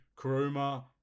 Kuruma